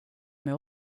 med